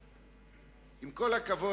עם כל הכבוד,